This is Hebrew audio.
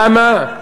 למה?